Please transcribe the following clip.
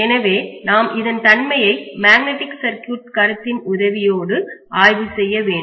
எனவே நாம் இதன் தன்மையை மேக்னடிக் சர்க்யூட் கருத்தின் உதவியோடு ஆய்வு செய்ய வேண்டும்